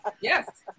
Yes